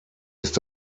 ist